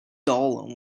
dull